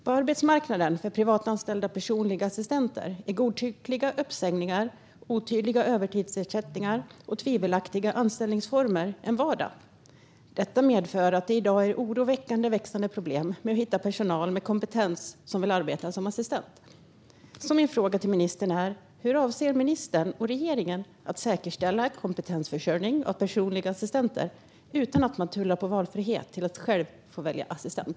På arbetsmarknaden för privatanställda personliga assistenter är godtyckliga uppsägningar, otydliga övertidsersättningar och tvivelaktiga anställningsformer vardag. Detta medför ett oroväckande och växande problem att hitta personal med kompetens som vill arbeta som assistent. Hur avser ministern och regeringen att säkerställa kompetensförsörjning av personliga assistenter utan att tulla på valfriheten att människor själva får välja assistent?